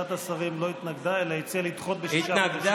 ועדת השרים לא התנגדה אלא הציעה לדחות בשישה חודשים.